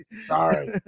Sorry